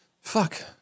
Fuck